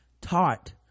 taught